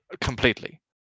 completely